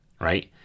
right